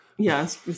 yes